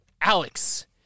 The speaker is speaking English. alex